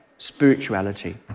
spirituality